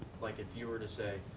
like if you were to say,